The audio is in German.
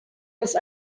das